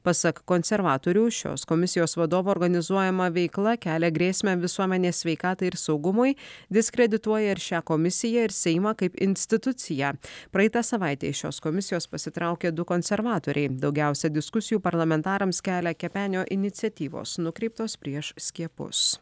pasak konservatorių šios komisijos vadovo organizuojama veikla kelia grėsmę visuomenės sveikatai ir saugumui diskredituoja ir šią komisiją ir seimą kaip instituciją praeitą savaitę iš šios komisijos pasitraukė du konservatoriai daugiausia diskusijų parlamentarams kelia kepenio iniciatyvos nukreiptos prieš skiepus